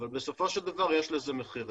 אבל בסופו של דבר יש לזה מחיר.